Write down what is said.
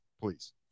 please